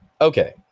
Okay